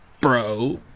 bro